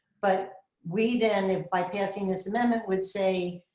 but we then by passing this amendment would say,